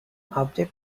object